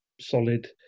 solid